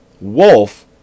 Wolf